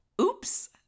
Oops